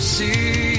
see